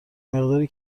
مقداری